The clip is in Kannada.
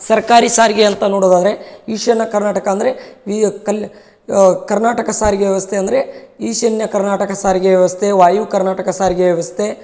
ಸರ್ಕಾರಿ ಸಾರಿಗೆ ಅಂತ ನೋಡೊದಾದರೆ ಈಶಾನ್ಯ ಕರ್ನಾಟಕ ಅಂದರೆ ಈ ಕಲ ಕರ್ನಾಟಕ ಸಾರಿಗೆ ವ್ಯವಸ್ಥೆ ಅಂದರೆ ಈಶಾನ್ಯ ಕರ್ನಾಟಕ ಸಾರಿಗೆ ವ್ಯವಸ್ಥೆ ವಾಯು ಕರ್ನಾಟಕ ಸಾರಿಗೆ ವ್ಯವಸ್ಥೆ